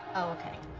okay.